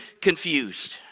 confused